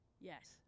Yes